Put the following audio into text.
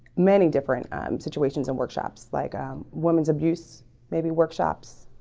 many different um situations and workshops like women's abuse maybe workshops